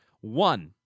One